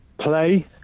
Play